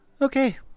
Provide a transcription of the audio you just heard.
Okay